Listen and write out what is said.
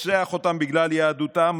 רוצח אותם בגלל יהדותם,